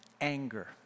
anger